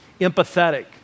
empathetic